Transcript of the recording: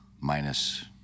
minus